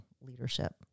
leadership